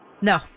No